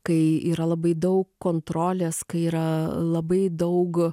kai yra labai daug kontrolės kai yra labai daug